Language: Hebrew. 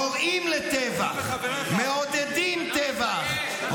קוראים לטבח, מעודדים טבח.